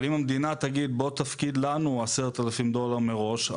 אבל אם המדינה תגיד בוא תפקיד לנו 10,000 דולר מראש,